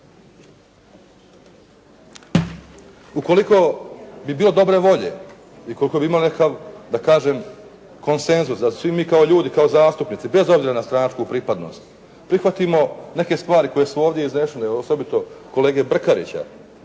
Ukoliko bi bio dobre volje i ukoliko bi imali nekakav da kažem konsenzus, da svi mi kao ljudi, kao zastupnici bez obzira na stranačku pripadnost prihvatimo neke stvari koje su ovdje iznešene osobito kolege Brkarića